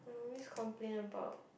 always complain about